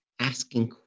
asking